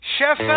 Chef